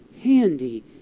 handy